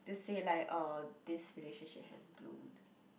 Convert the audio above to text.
to say like orh this relationship has bloomed